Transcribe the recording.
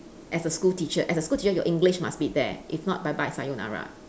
as a school teacher as a school teacher your english must be there if not bye bye sayonara